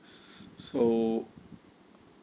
so